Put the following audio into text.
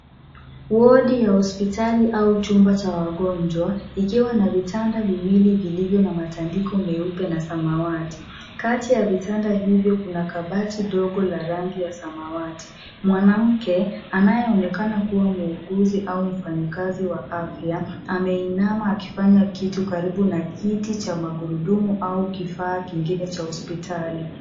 Wodi ya hospitali au chumba cha wagonjwa, ikiwa na vitanda viwili vilivyo na matandiko meupe na samawati. Kati ya vitanda hivyo kuna kabati dogo la rangi ya samawati. Mwanamke anayeonakana kuwa muuguzi au mfanyikazi wa afya, ameinama akifanya kitu karibu na kiti cha magurudumu au kifaa kingine cha hospitali.